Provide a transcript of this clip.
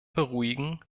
beruhigen